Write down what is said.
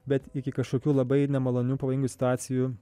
bet iki kažkokių labai nemalonių pavojingų situacijų